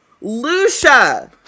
lucia